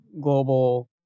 global